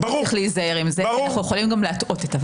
מאוד צריך להיזהר עם זה כי אנחנו יכולים גם להטעות את הוועדה.